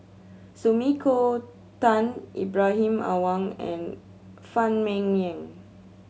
Sumiko Tan Ibrahim Awang and Phan Ming Yen